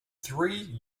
three